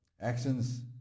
actions